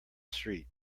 street